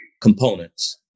components